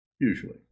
usually